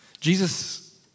Jesus